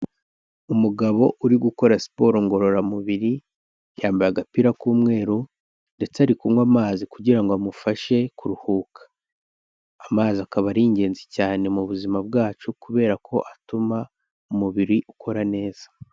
Umugabo urigukora siporo ngororamubiri yambaye agapira k'umweru ndetse arikunywa amazi kugira ngo amufashe kuruhuka. Amazi akaba ari ingenzi cyane mu buzima bwacu kubera ko atuma umubiri ukora neza.